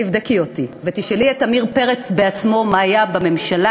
תבדקי אותי ותשאלי את עמיר פרץ בעצמו מה היה בממשלה,